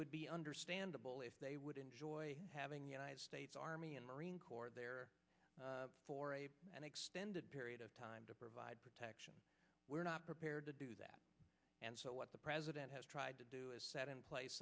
would be understandable if they would enjoy having the united states army and marine corps there for an extended period of time to provide protection we're not prepared to do that and so what the president has tried to do is set in place